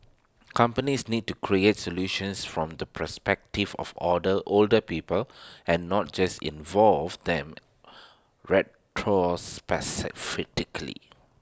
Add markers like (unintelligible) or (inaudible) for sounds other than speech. companies need to create solutions from the perspective of older older people and not just involve them (unintelligible)